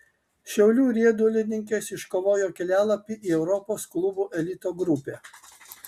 šiaulių riedulininkės iškovojo kelialapį į europos klubų elito grupę